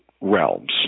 realms